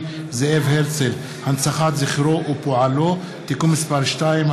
זאב הרצל (הנצחת זכרו ופועלו) (תיקון מס' 2),